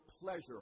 pleasure